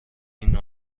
این